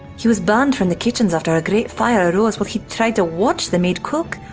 he was banned from the kitchens after a great fire arose while he tried to watch the maid cook.